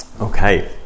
Okay